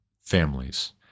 families